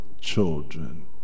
children